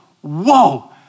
whoa